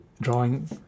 Drawing